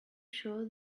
sure